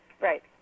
Right